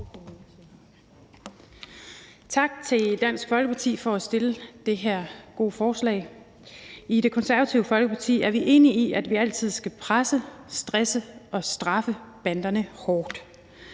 Tak til Dansk Folkeparti for at fremsætte det her gode forslag. I Det Konservative Folkeparti er vi enige i, at vi altid skal presse, stresse og straffe banderne hårdt.